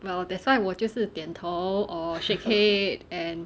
well that's why 我就是点头 or shake head and